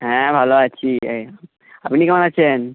হ্যাঁ ভালো আছি আপনি কেমন আছেন